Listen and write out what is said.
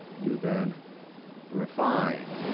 you then refine,